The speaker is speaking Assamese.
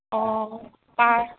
অঁ পাৰ